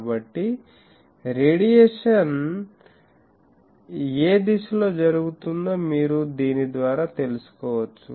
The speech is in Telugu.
కాబట్టి రేడియేషన్ ఏ దిశలో జరుగుతుందో మీరు దీని ద్వారా తెలుసుకోవచ్చు